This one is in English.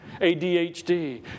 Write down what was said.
ADHD